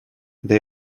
they